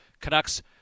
Canucks